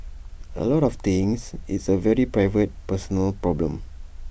A lot of things it's A very private personal problem